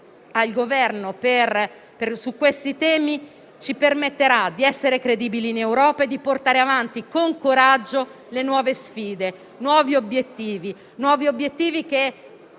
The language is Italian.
al Governo su questi temi ci permetterà di essere credibili in Europa e di portare avanti con coraggio le nuove sfide, i nuovi obiettivi